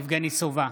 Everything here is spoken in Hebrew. יבגני סובה,